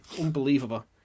Unbelievable